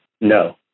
No